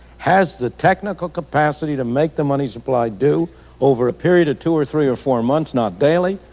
has the technical capacity to make the money supply do over a period of two or three or four months, not daily,